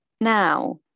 now